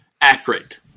accurate